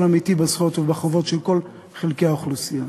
אמיתי בזכויות ובחובות של כל חלקי האוכלוסייה.